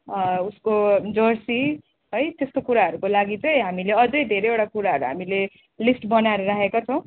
उसको जर्सी है त्यस्तो कुराहरूको लागि चाहिँ हामीले अझै धेरैवटा कुराहरू हामीले लिस्ट बनाएर राखेका छौँ